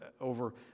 over